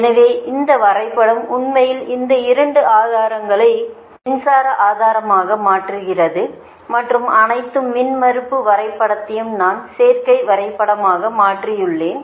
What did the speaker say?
எனவே இந்த வரைபடம் உண்மையில் இந்த 2 ஆதாரங்களை மின்சார ஆதாரமாக மாற்றுகிறது மற்றும் அனைத்து மின்மறுப்பு வரைபடத்தையும் நான் சேர்க்கை வரைபடமாக மாற்றியுள்ளேன்